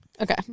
Okay